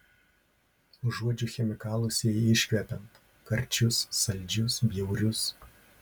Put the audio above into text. užuodžiu chemikalus jai iškvepiant karčius saldžius bjaurius